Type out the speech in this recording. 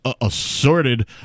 assorted